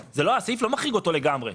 הסעיף לא מחריג אותו לגמרי.